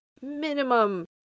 minimum